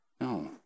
No